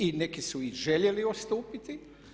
I neki su i željeli odstupiti.